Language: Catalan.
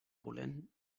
volent